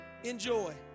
Enjoy